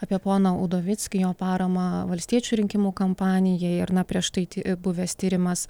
apie poną udovickį jo paramą valstiečių rinkimų kampanijai ir na prieš tai buvęs tyrimas